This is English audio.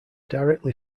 directly